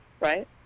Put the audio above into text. right